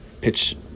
pitch